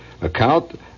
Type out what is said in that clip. account